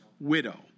widow